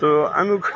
تہٕ اَمیٛک